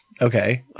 Okay